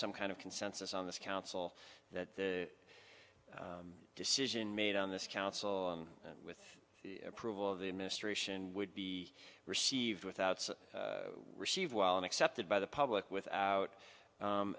some kind of consensus on this council that the decision made on this council and the approval of the administration would be received without received while an accepted by the public without